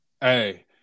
hey